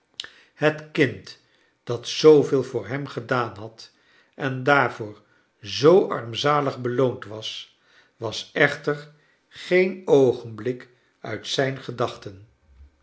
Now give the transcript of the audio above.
het kind dat zooveel voor hem gedaan had en daarvoor zoo armzalig beloond was was echter geen oogenblik uit zijn gedachten